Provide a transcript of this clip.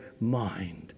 mind